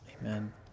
Amen